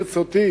ברצותי